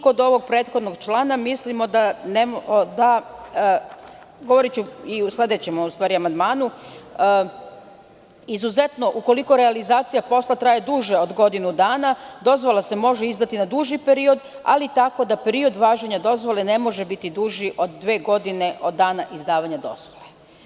Kod ovog prethodnog člana, govoriću o sledećem amandmanu: „izuzetno ukoliko realizacija posla traje duže od godinu dana, dozvola se može izdati na duži period, ali tako da period važenja dozvole ne može biti duži od dve godine, od dana izdavanja dozvole“